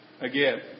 again